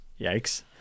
yikes